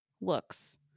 looks